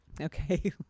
okay